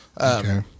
Okay